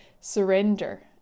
surrender